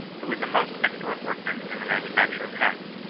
who was a most excel lent workman in the manufacture of hats.